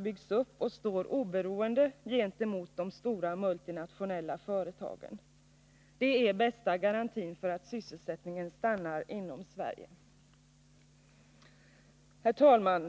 byggs upp och står oberoende gentemot de stora multinationella företagen. Det är den bästa garantin för att sysselsättningen stannar inom Sverige. Herr talman!